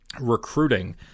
recruiting